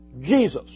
Jesus